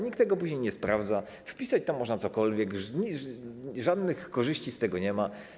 Nikt tego później nie sprawdza, wpisać tam można cokolwiek, żadnych korzyści z tego nie ma.